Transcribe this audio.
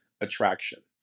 attraction